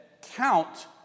count